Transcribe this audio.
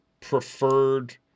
preferred